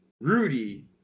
Rudy